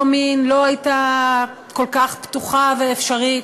מין לא הייתה כל כך פתוחה ואפשרית,